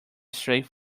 straight